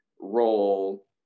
role